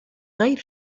غير